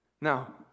Now